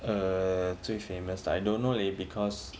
err 最 famous 的 I don't know leh because